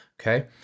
Okay